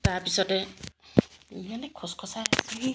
তাৰপিছতে